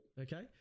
Okay